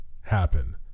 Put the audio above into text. happen